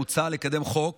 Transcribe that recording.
מוצע לקדם חוק